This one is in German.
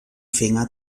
finger